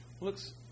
looks